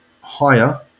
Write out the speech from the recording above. higher